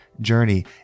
journey